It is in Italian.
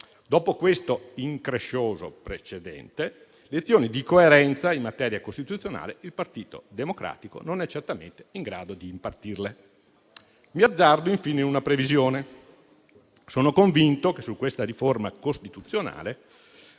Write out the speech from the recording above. Dopo questo increscioso precedente, di lezioni di coerenza in materia costituzionale il Partito Democratico non è certamente in grado di impartirne. Azzardo infine una previsione. Sono convinto che, se su questa riforma costituzionale